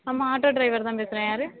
ஆமாம் auto driver தான் பேசுறேன் யார்